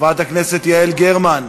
חברת הכנסת יעל גרמן.